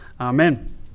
Amen